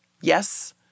yes